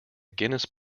guinness